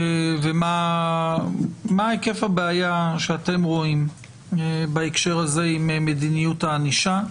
ומה היקף הבעיה שאתם רואים בהקשר הזה עם מדיניות הענישה.